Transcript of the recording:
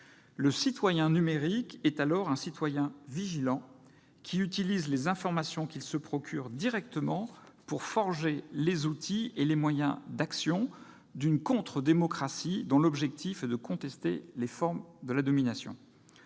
Le citoyen numérique est alors un « citoyen vigilant » qui utilise les informations qu'il se procure directement pour forger les outils et les moyens d'action d'une « contre-démocratie » dont l'objectif est de contester les formes de la domination.